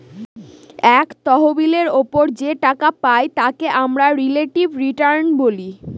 এক তহবিলের ওপর যে টাকা পাই তাকে আমরা রিলেটিভ রিটার্ন বলে